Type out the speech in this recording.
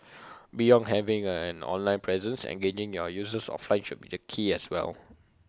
beyond having an online presence engaging your users offline should be the key as well